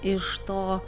iš to